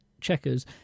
checkers